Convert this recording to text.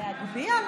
להגביה?